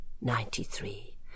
Ninety-three